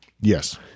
Yes